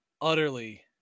utterly